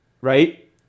right